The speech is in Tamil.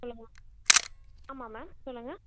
சொல்லுங்கள் ஆமாம் மேம் சொல்லுங்கள்